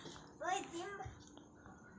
ಇವತ್ತ ಮಳೆ ಆಗು ಸಂಭವ ಐತಿ ಏನಪಾ?